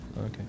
okay